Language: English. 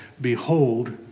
Behold